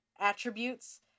attributes